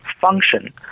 function